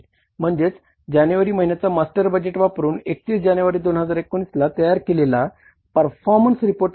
म्हणजेच जानेवारी महिन्याचा मास्टर बजेट वापरुन 31 जानेवारी 2019 ला तयार केलेला परफॉरमन्स रिपोर्ट आहे